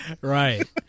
Right